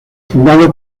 fundado